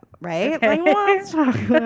right